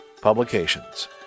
publications